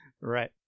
Right